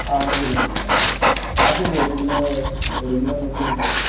orange ரெண்டு கிலோவா apple ஒரு கிலோ ஒரு கிலோ நூற்றி எண்பது